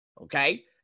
okay